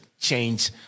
change